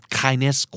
kindness